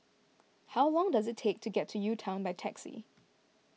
how long does it take to get to UTown by taxi